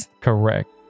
Correct